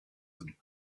them